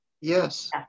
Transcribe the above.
Yes